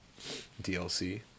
DLC